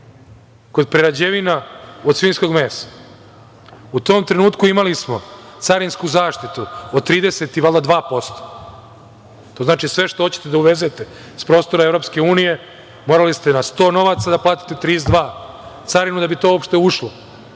kod prerađevina od svinjskog mesa. U tom trenutku smo imali carinsku zaštitu od, valjda, 32%. To znači sve što hoćete da uvezete sa prostora EU morali ste na 100 novaca da platite 32 carinu da bi to uopšte ušlo.